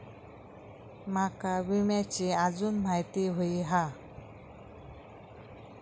माका विम्याची आजून माहिती व्हयी हा?